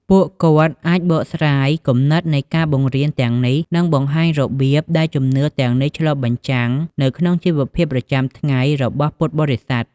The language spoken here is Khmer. ពួកគាត់អាចបកស្រាយ គំនិតនៃការបង្រៀន ទាំងនេះ និងបង្ហាញ របៀបដែលជំនឿទាំងនេះឆ្លុះបញ្ចាំងនៅក្នុងជីវភាពប្រចាំថ្ងៃ របស់ពុទ្ធបរិស័ទ។